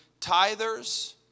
Tithers